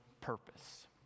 purpose